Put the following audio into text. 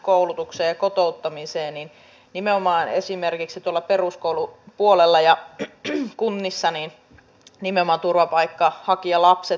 sen tavaksi on muodostunut pyrkimys ennakoivasti sivuuttaa kaikki etukäteen tehtyjen poliittisten päätösten kanssa ristiriitaiset näkemykset